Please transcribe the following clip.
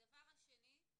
הדבר השני זה